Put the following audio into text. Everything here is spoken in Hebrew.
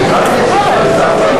חוק חיילים משוחררים,